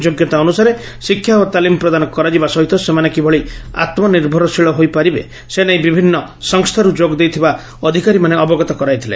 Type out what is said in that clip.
ଯୋଗ୍ୟତା ଅନୁସାରେ ଶିକ୍ଷା ଓ ତାଲିମ ପ୍ରଦାନ କରାଯିବା ସହିତ ସେମାନେ କିଭଳି ଆତ୍କନିଭରଶୀଳ ହୋଇ ପାରିବେ ସେ ନେଇ ବିଭିନ୍ନ ସଂସ୍ଚାରୁ ଯୋଗଦେଇଥିବା ଅଧିକାରୀମାନେ ଅବଗତ କରାଇଥିଲେ